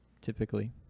typically